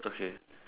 okay